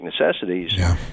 necessities